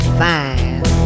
fine